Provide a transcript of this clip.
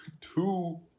two